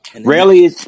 Rarely